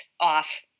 off